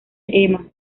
ema